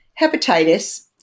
Hepatitis